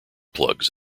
plugs